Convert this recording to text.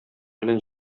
белән